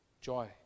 Joy